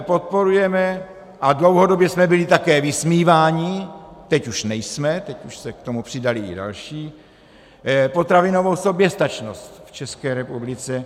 Podporujeme, a dlouhodobě jsme byli také vysmíváni, teď už nejsme, teď už se k tomu přidali i další, potravinovou soběstačnost v České republice.